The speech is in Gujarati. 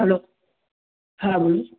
હલ્લો હા બોલો